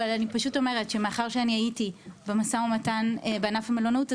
אבל אני פשוט אומרת שמאחר שאני הייתי במשא ומתן בענף המלונאות,